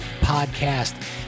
Podcast